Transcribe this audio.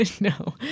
No